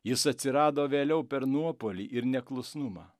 jis atsirado vėliau per nuopuolį ir neklusnumą